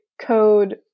code